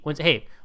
Hey